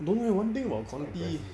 don't know leh one thing about conti is